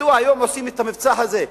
מדוע היום עושים את המבצע הזה?